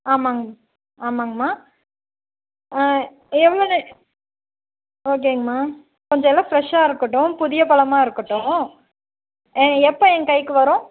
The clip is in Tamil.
ஆமாங்க ஆமாங்கம்மா எவ்வளோ நே ஓகேங்கமா கொஞ்சம் எல்லாம் ஃபிரெஷ்ஷாக இருக்கட்டும் புதிய பழமா இருக்கட்டும் எப்போ என் கைக்கு வரும்